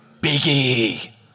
biggie